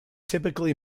typically